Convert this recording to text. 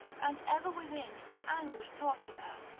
and ever within anguish tortured her,